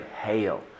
hail